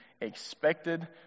expected